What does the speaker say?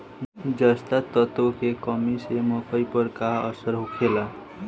जस्ता तत्व के कमी से मकई पर का असर होखेला?